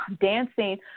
dancing